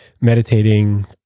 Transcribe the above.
meditating